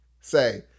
say